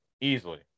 easily